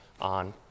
on